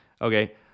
Okay